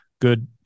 good